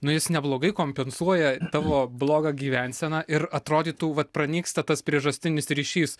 nu jis neblogai kompensuoja tavo blogą gyvenseną ir atrodytų vat pranyksta tas priežastinis ryšys